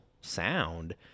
sound